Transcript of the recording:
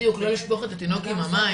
בדיוק, לא לשפוך את התינוק עם המים.